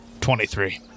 Twenty-three